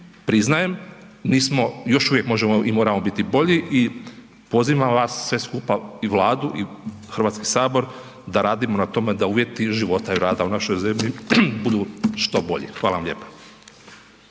uvijek možemo i moramo biti bolji i pozivam vas sve skupa i Vladu i HS da radimo na tome da uvjeti života i rada u našoj zemlji budu što bolji. Hvala vam lijepa.